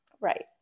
right